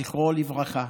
זכרו לברכה,